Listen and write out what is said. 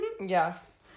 Yes